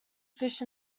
fish